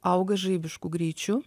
auga žaibišku greičiu